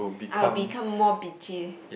I would become more bitchy